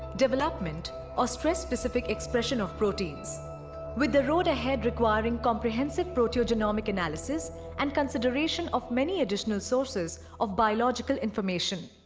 development or stress specific expression of proteins with the road ahead requiring comprehensive proteogenomic analysis and consideration of many additional sources of biological information.